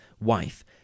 wife